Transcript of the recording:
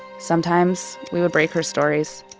sometimes we would break her stories.